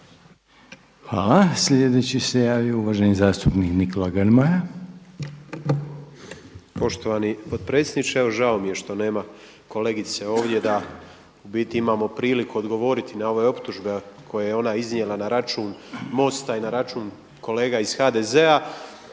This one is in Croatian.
Hvala. Slijedeći se javio uvaženi zastupnik Grmoja. **Grmoja, Nikola (MOST)** Poštovani potpredsjedniče evo žao mi je što nema kolegice ovdje da u biti imamo priliku odgovoriti na ove optužbe koje je ona iznijela na račun MOST-a i na račun kolega iz HDZ-a.